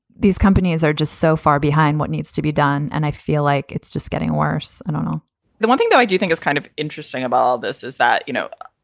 these companies are just so far behind what needs to be done. and i feel like it's just getting worse and i know the one thing that i do think is kind of interesting about all this is that, you know.